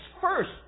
first